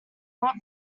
not